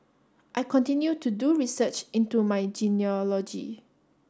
I continue to do research into my genealogy